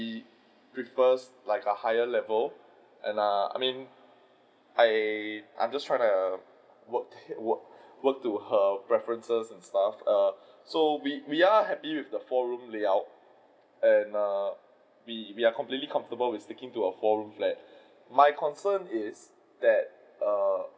prefers like a higher level and err I mean I I'm just trying err work work work to her err preferences and stuff err so we we are happy with the four room layout and err we we are completely comfortable with sticking to a four room flat my concern is that err